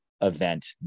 event